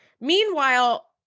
Meanwhile